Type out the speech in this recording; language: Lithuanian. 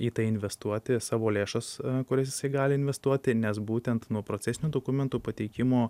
į tai investuoti savo lėšas kurias jisai gali investuoti nes būtent nuo procesinių dokumentų pateikimo